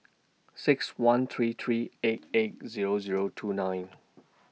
six one three three eight eight Zero Zero two nine